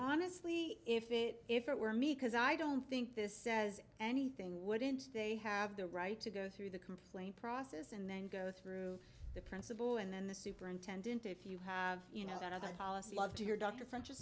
honestly if it if it were me because i don't think this says anything wouldn't they have the right to go through the complaint process and then go through the principal and then the superintendent if you have you know another policy love to your doctor friend